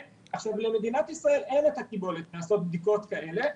למדינת ישראל אין את הקיבולת לעשות בדיקות כאלה,